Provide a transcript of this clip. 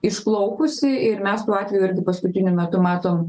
išplaukusi ir mes tų atvejų irgi paskutiniu metu matom